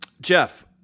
Jeff